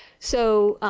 so,